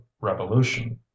revolution